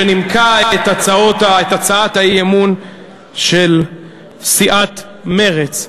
שנימקה את הצעות האי-אמון של סיעת מרצ,